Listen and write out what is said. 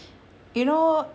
you know